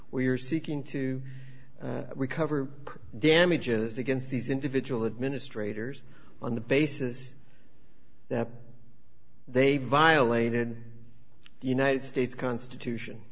where you're seeking to recover damages against these individual administrators on the basis that they violated the united states constitution